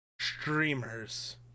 streamers